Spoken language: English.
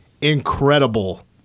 Incredible